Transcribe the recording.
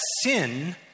sin